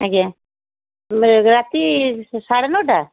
ଆଜ୍ଞା ରାତି ସାଢ଼େ ନଅଟା